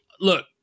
look